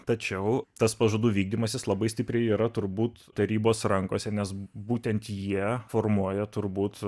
tačiau tas pažadų vykdymas jis labai stipriai yra turbūt tarybos rankose nes būtent jie formuoja turbūt